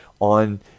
on